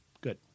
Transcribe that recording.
Good